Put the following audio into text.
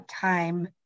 time